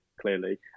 clearly